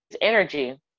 energy